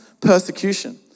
persecution